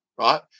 right